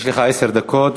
יש לך עשר דקות,